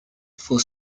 for